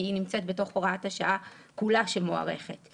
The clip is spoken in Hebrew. היא נמצאת בתוך הוראת השעה שמוארכת כולה.